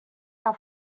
que